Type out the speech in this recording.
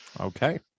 Okay